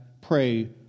pray